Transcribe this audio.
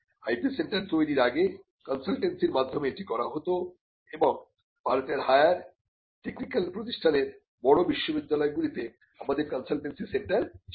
IP centre তৈরীর আগে কনসালটেন্সির মাধ্যমে এটি করা হত এবং ভারতের হায়ার টেকনিক্যাল প্রতিষ্ঠানের বড় বিশ্ববিদ্যালয়গুলিতে আমাদের কনসালটেন্সি সেন্টার ছিল